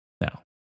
Now